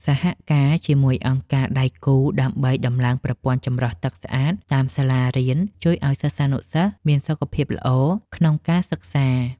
សហការជាមួយអង្គការដៃគូដើម្បីដំឡើងប្រព័ន្ធចម្រោះទឹកស្អាតតាមសាលារៀនជួយឱ្យសិស្សានុសិស្សមានសុខភាពល្អក្នុងការសិក្សា។